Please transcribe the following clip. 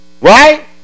Right